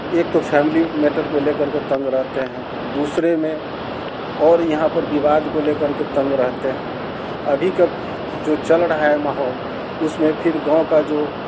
एक तो family matter को ले कर जो तंग रहते हैं दूसरे में और यहाँ पर विवाद को ले कर के तंग रहते हैं अभी का जो चल रहा है माहौल उसमें फिर गाँव का जो